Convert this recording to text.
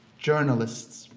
journalists,